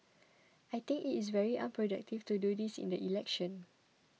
I think it is very unproductive to do this in the election